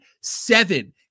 seven